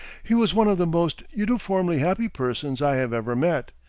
he was one of the most uniformly happy persons i have ever met,